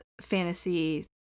fantasy